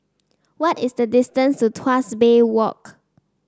what is the distance to Tuas Bay Walk